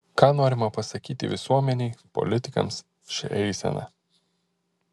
ką norima pasakyti visuomenei politikams šia eisena